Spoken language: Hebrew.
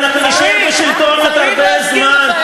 ואנחנו נישאר בשלטון עוד הרבה זמן,